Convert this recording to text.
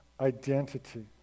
identity